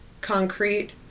concrete